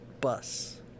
bus